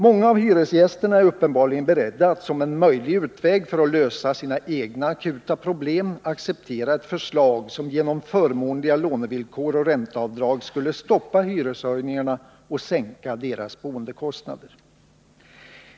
Många av hyresgästerna är uppenbarligen beredda att som en möjlig utväg för att lösa sina egna akuta problem acceptera ett förslag som genom förmånliga lånevillkor och ränteavdrag skulle stoppa hyreshöjningarna och sänka deras boendekostnader.